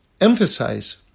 emphasize